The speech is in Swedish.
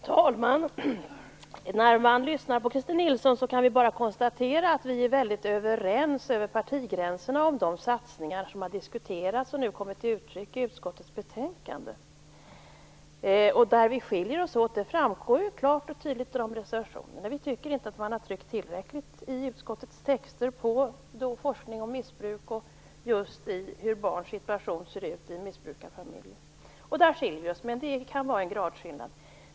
Fru talman! Jag kan bara konstatera att vi är väldigt överens över partigränserna om de satsningar som har diskuterats och nu kommer till uttryck i utskottets betänkande. Det framkommer klart och tydligt av reservationerna vad det är som skiljer oss åt. Vi anser att man i utskottets skrivning inte tillräckligt har betonat forskning om missbruk och om hur barns situation ser ut i missbrukarfamiljer. Där skiljer vi oss åt, men det kan röra sig om en gradskillnad.